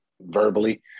verbally